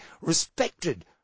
respected